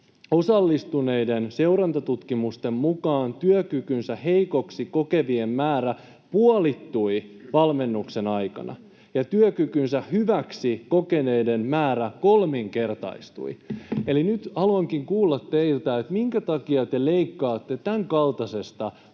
osallistuneiden seurantatutkimusten mukaan työkykynsä heikoksi kokevien määrä puolittui valmennuksen aikana ja työkykynsä hyväksi kokeneiden määrä kolminkertaistui. Eli nyt haluankin kuulla teiltä: Minkä takia te leikkaatte tämänkaltaisesta toiminnasta,